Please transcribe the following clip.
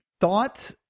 thought